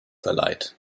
verleiht